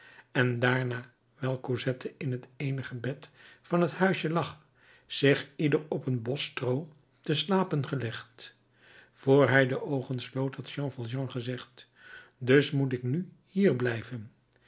en daarna wijl cosette in het eenige bed van het huisje lag zich ieder op een bos stroo te slapen gelegd vr hij de oogen sloot had jean valjean gezegd dus moet ik nu hier blijven